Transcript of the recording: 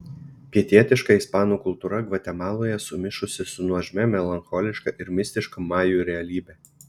pietietiška ispanų kultūra gvatemaloje sumišusi su nuožmia melancholiška ir mistiška majų realybe